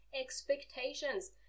expectations